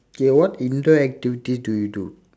okay what indoor activities do you do